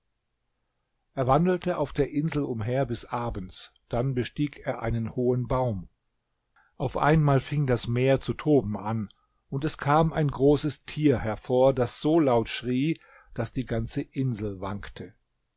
er wandelte auf der insel umher bis abends dann bestieg er einen hohen baum auf einmal fing das meer zu toben an und es kam ein großes tier hervor das so laut schrie daß die ganze insel wankte